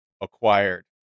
acquired